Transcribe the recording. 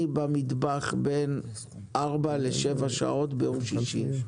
אני במטבח בין ארבע לשבע שעות ביום שישי,